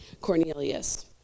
Cornelius